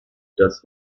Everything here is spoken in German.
das